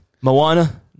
Moana